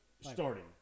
Starting